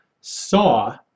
saw